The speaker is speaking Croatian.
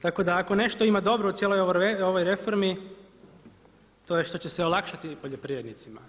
Tako da ako nešto ima dobro u cijeloj ovo reformi to je što će se olakšati poljoprivrednicima.